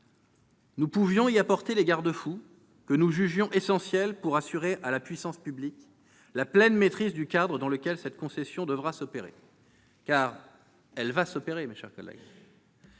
Nous pouvions pourtant y apporter les garde-fous que nous jugions essentiels pour assurer à la puissance publique la pleine maîtrise du cadre dans lequel cette concession va s'opérer- car, mes chers collègues,